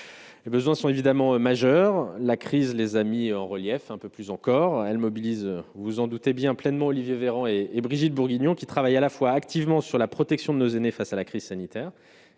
et Besançon évidemment majeur la crise les a mis en relief un peu plus encore, elle mobilise, vous vous en doutez bien pleinement Olivier Véran et et Brigitte bourguignon, qui travaille à la fois activement sur la protection de nos aînés, face à la crise sanitaire